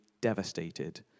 devastated